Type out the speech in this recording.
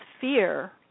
fear